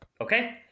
Okay